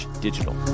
Digital